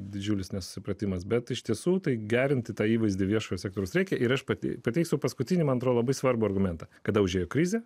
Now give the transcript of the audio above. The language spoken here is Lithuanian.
didžiulis nesusipratimas bet iš tiesų tai gerinti tą įvaizdį viešojo sektoriaus reikia ir aš pati pataiso paskutinį maestro labai svarbų argumentą kad daužė krizę